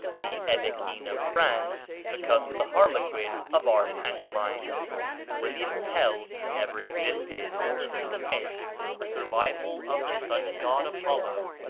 the hellequin of france becomes the harlequin of our pantomimes william tell never existed he is a myth a survival of the sun-god apollo,